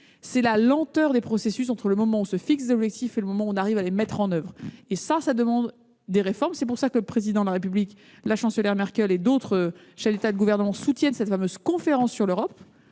c'est la lenteur des processus entre le moment où l'on se fixe des objectifs et le moment où l'on arrive à les mettre en oeuvre. Il faut des réformes. C'est la raison pour laquelle le Président de la République, la Chancelière Merkel et d'autres chefs d'État et de gouvernement soutiennent cette fameuse conférence sur l'Europe.